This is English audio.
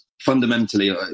fundamentally